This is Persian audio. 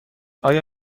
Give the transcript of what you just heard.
آیا